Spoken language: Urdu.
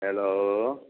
ہیلو